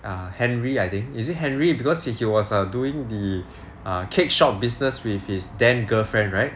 err henry I think is it henry because he was doing the err cake shop business with his then girlfriend right